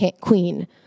queen